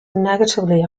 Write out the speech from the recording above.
negatively